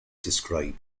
describe